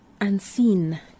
unseen